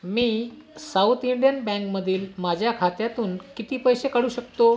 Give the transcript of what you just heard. मी South Indian बँकमधील माझ्या खात्यातून किती पैसे काढू शकतो